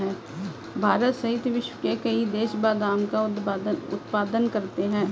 भारत सहित विश्व के कई देश बादाम का उत्पादन करते हैं